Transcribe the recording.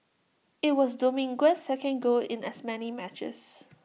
IT was Dominguez's second goal in as many matches